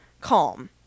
calm